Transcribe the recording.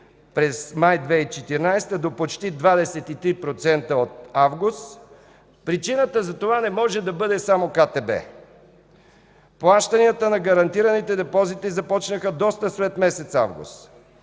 през май 2014 г. до почти 23% от август. Причината за това не може да бъде КТБ. Плащанията на гарантираните депозити започнаха доста след месец август